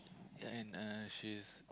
yea and uh she is